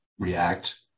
react